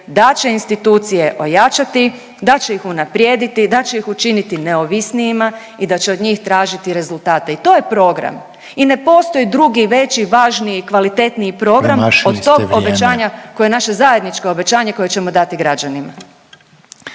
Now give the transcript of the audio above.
da će institucije ojačati, da će ih unaprijediti, da će ih učiniti neovisnijima i da će od njih tražiti rezultate. I to je program i ne postoji drugi veći, važniji i kvalitetniji program …/Upadica Reiner: Premašili ste vrijeme./… od tog obećanja koje je naše zajedničko obećanje koje ćemo dati građanima.